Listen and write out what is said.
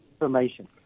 information